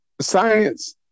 science